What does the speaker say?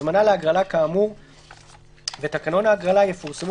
הזמנה להגרלה כאמור ותקנון ההגרלה יפורסמו